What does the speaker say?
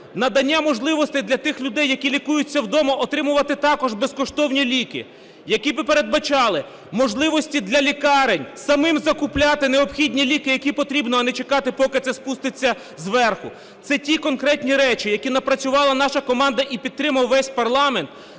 надання можливостей для тих людей, які лікуються вдома, отримувати також безкоштовні ліки, які би передбачали можливості для лікарень самим закупляти необхідні ліки, які потрібно, а не чекати поки це спуститься зверху? Це ті конкретні речі, які напрацювала наша команда і підтримав весь парламент